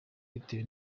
bitewe